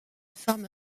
forme